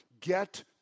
Get